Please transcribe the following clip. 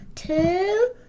Two